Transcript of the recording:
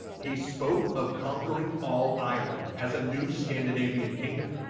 he spoke of conquering all ireland as a new scandinavian kingdom,